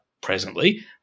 presently